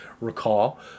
recall